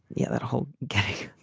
yeah that whole gay.